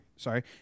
Sorry